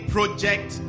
Project